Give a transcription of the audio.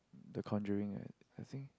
The-Conjuring I I think